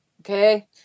Okay